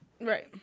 Right